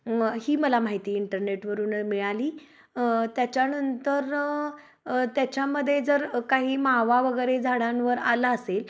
म ही मला माहिती इंटरनेटवरून मिळाली त्याच्यानंतर त्याच्यामध्ये जर काही मावा वगैरे झाडांवर आला असेल